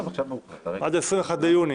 עד ה-21 ביוני?